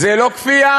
זה לא כפייה?